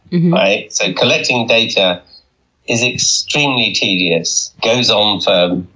right? so collecting data is extremely tedious, goes on for,